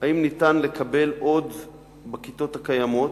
אם ניתן לקבל עוד בכיתות הקיימות.